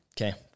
Okay